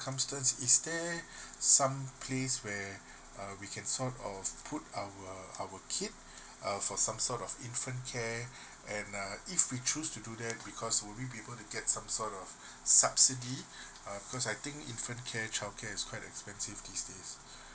is there some place where uh we can sort of put our kid uh for some sort of infant care and uh if you choose to do that because will we be able to get some sort of subsidy uh because I think infant car childcare is quite expensive these days